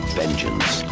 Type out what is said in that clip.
vengeance